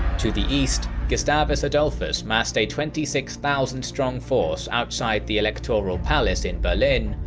to the east, gustavus adolphus massed a twenty six thousand strong force outside the electoral palace in berlin,